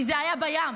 כי זה היה בים.